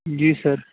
جی سَر